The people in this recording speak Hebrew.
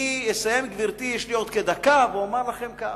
אני אסיים, גברתי, יש לי עוד כדקה, ואומר לכם כך: